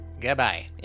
Goodbye